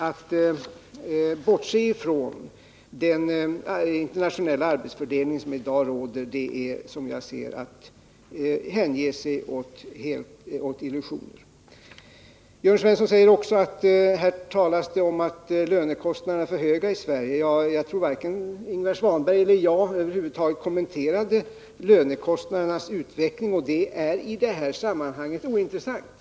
Att bortse från den internationella arbetsfördelning som i dag råder är, som jag ser saken, att hänge sig åt illusioner. Jörn Svensson talade också om att lönekostnaderna i Sverige är för höga, men jag tror att varken Ingvar Svanberg eller jag över huvud taget kommenterade lönekostnadernas utveckling. Det är i det här sammanhanget ointressant.